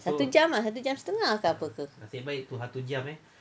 satu jam ah satu jam setengah ke apa ke